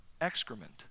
excrement